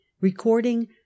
Recording